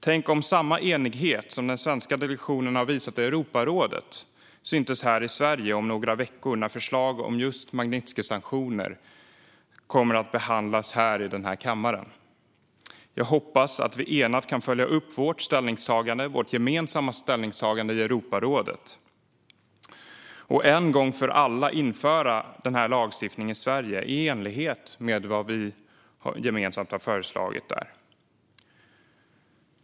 Tänk om samma enighet som den svenska delegationen har visat i Europarådet skulle synas här i Sverige om några veckor när förslag om just Magnitskijsanktioner kommer att behandlas i denna kammare. Jag hoppas att vi enat kan följa upp vårt gemensamma ställningstagande i Europarådet och en gång för alla införa den lagstiftningen i Sverige, i enlighet med vad vi gemensamt har föreslagit där.